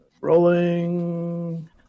rolling